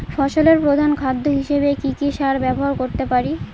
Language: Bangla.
ফসলের প্রধান খাদ্য হিসেবে কি কি সার ব্যবহার করতে পারি?